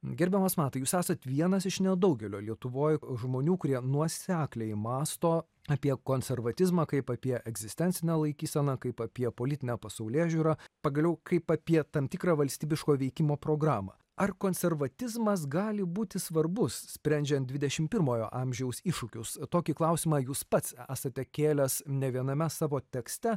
gerbiamas mantai jūs esat vienas iš nedaugelio lietuvoje žmonių kurie nuosekliai mąsto apie konservatizmą kaip apie egzistencinę laikyseną kaip apie politinę pasaulėžiūrą pagaliau kaip apie tam tikrą valstybiško veikimo programą ar konservatizmas gali būti svarbus sprendžiant dvidešimt pirmojo amžiaus iššūkius tokį klausimą jūs pats esate kėlęs ne viename savo tekste